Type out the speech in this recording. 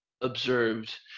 observed